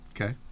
Okay